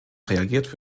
reagiert